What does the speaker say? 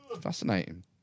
Fascinating